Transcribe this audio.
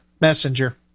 Messenger